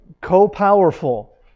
co-powerful